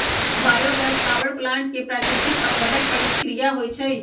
bio gas power plant में प्राकृतिक अपघटन प्रक्रिया होइ छइ